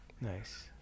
Nice